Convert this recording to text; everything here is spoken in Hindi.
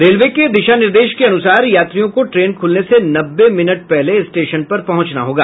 रेलवे के दिशा निर्देश के अनुसार यात्रियों को ट्रेन खुलने से नब्बे मिनट पहले स्टेशन पर पहुंचना होगा